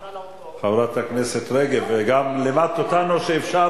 חברת הכנסת רגב, לימדת אותנו גם שאפשר